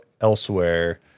elsewhere